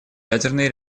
ядерной